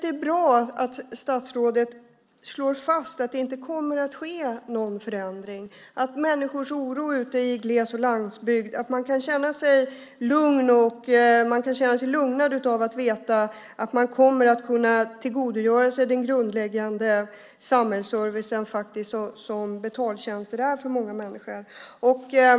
Det är bra att statsrådet slår fast att det inte kommer att ske någon förändring med tanke på människors oro ute i gles och landsbygd. Man kan känna sig lugnad av att veta att man kommer att kunna tillgodogöra sig den grundläggande samhällsservicen, vilket betaltjänster innebär för många människor.